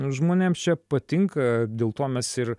žmonėms čia patinka dėl to mes ir